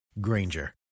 Granger